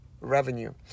revenue